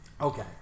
Okay